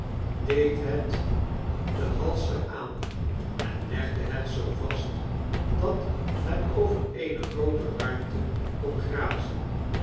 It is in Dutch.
deed het den halster aan en legde het zoo vast dat het over eene groote ruimte kon grazen